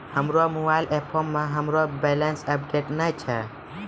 हमरो मोबाइल एपो मे हमरो बैलेंस अपडेट नै छै